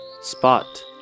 Spot